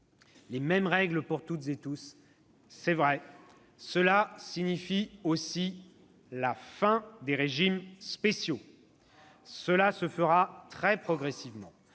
Les mêmes règles pour tous, c'est vrai, cela signifie aussi la fin des régimes spéciaux. Cela se fera très progressivement,